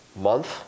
month